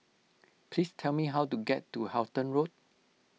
please tell me how to get to Halton Road